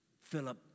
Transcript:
Philip